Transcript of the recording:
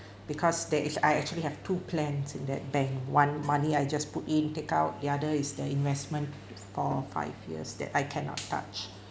because there is I actually have two plans in that bank one money I just put in take out the other is the investment for five years that I cannot touch